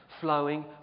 flowing